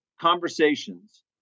conversations